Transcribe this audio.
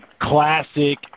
classic